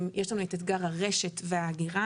יש לנו את אתגר הרשת וההגירה.